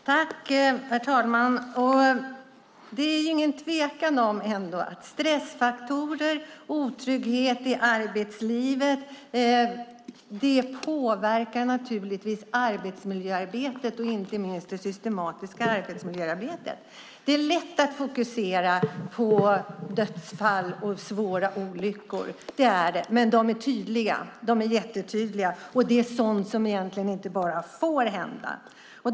Herr talman! Det råder ingen tvekan om att stressfaktorer och otrygghet i arbetslivet påverkar arbetsmiljöarbetet, inte minst det systematiska arbetsmiljöarbetet. Det är lätt att fokusera på dödsfall och svåra olyckor. De är jättetydliga, och det är sådant som egentligen bara inte får hända.